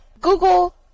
Google